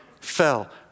fell